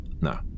No